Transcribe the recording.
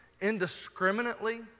indiscriminately